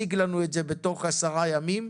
אנחנו מבקשים שזה יוצג בתוך עשרה ימים.